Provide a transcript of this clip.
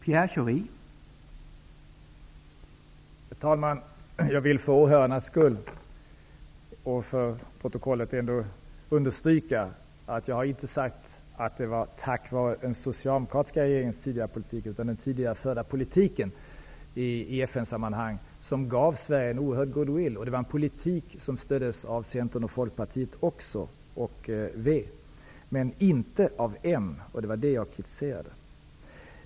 Herr talman! Jag vill för åhörarnas skull och för protokollet understryka att jag inte har sagt att det var tack vare den socialdemokratiska regeringens tidigare politik, utan det var den tidigare förda politiken i FN-sammanhang som gav Sverige en oerhörd goodwill. Det var en politik som stöddes även av Centern, Folkpartiet och Vänsterpartiet, men inte av Moderaterna, och det var det jag kritiserade.